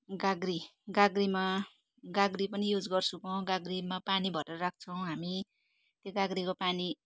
गाग्री गाग्रीमा गाग्री पनि युज गर्छु म गाग्रीमा पानी भरेर राख्छौँ हामी त्यो गाग्रीको पानी